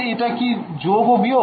এটা কি যোগ ও বিয়োগ